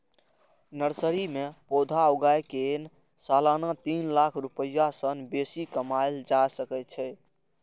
nursery मे पौधा उगाय कें सालाना तीन लाख रुपैया सं बेसी कमाएल जा सकै छै